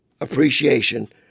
appreciation